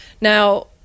Now